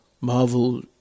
Marvel